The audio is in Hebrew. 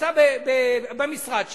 שנמצא במשרד שלהם,